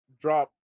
drop